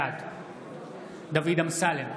בעד דוד אמסלם,